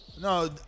no